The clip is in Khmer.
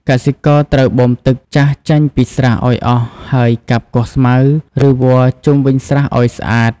កសិករត្រូវបូមទឹកចាស់ចេញពីស្រះឲ្យអស់ ហើយកាប់គាស់ស្មៅ ឬវល្លិជុំវិញស្រះឲ្យស្អាត។